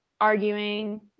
arguing